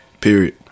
Period